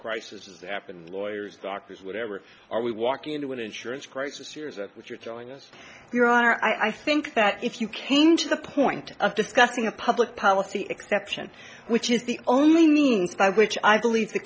crisis that happen lawyers doctors whatever are we walking into an insurance crisis or is that what you're telling us your honor i think that if you came to the point of discussing a public policy exception which is the only means by which i believe the